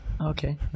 Okay